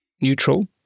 neutral